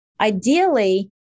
ideally